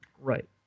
Right